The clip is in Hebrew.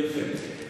יפה.